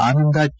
Ananda K